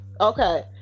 Okay